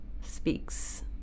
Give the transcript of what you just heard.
speaks